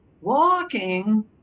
walking